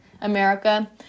America